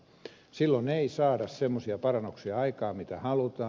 silloin ei saada semmoisia parannuksia aikaan mitä halutaan